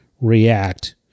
react